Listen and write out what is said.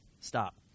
Stop